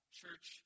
church